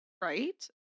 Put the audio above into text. Right